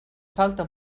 falta